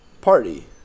party